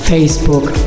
Facebook